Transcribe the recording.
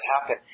happen